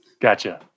Gotcha